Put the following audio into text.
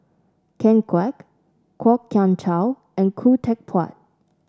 Ken Kwek Kwok Kian Chow and Khoo Teck Puat